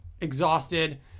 exhausted